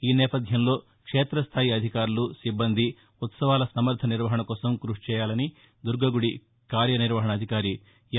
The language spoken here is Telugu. ఈ నేపథ్యంలో క్షేతస్ధాయి అధికారులు సిబ్బంది ఉత్సవాల సమర్థ నిర్వహణ కోసం కృషి చేయాలని దుర్గగుడి కార్యనిర్వహణాధికారి ఎం